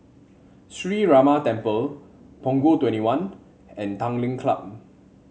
Sree Ramar Temple Punggol Twenty one and Tanglin Club